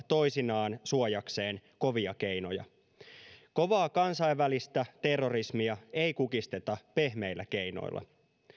toisinaan suojakseen kovia keinoja kovaa kansainvälistä terrorismia ei kukisteta pehmeillä keinoilla